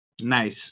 Nice